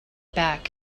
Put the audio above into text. back